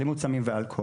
אלימות, סמים ואלכוהול.